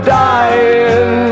dying